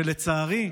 שלצערי,